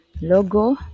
logo